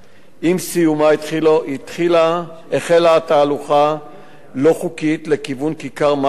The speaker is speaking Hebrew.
עם סיומה החלה תהלוכה לא חוקית לכיוון כיכר-מסריק